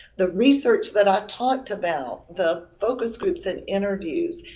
the research that i talked about, the focus groups and interviews,